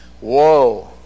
Whoa